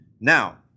Now